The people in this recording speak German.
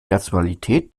nationalität